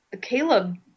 Caleb